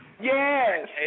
Yes